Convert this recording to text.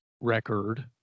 record